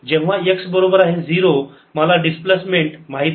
जेव्हा x बरोबर आहे 0 मला डिस्प्लेसमेंट माहित आहे